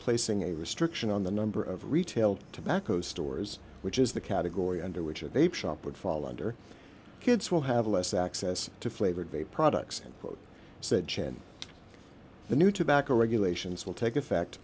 placing a restriction on the number of retail tobacco stores which is the category under which of apes shop would fall under kids will have less access to flavored bait products said chand the new tobacco regulations will take effect